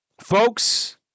Folks